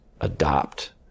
adopt